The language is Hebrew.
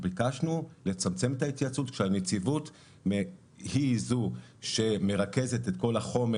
ביקשנו לצמצם את ההתייעצות כשהנציבות היא זו שמרכזת את כל החומר